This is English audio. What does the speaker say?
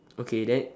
okay then